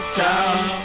town